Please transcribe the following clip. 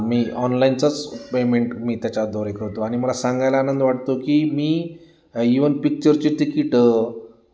मी ऑनलाईनचाच पेमेंट मी त्याच्याद्वारे करतो आणि मला सांगायला आनंद वाटतो की मी ईवन पि्क्चरची तिकीट